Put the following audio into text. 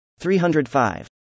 305